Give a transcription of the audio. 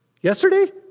yesterday